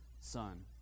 son